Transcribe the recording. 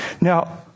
Now